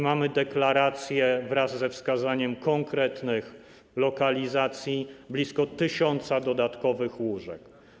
Mamy deklarację, wraz ze wskazaniem konkretnych lokalizacji, co do blisko 1 tys. dodatkowych łóżek.